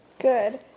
Good